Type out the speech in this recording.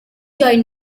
join